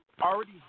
already